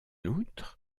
outre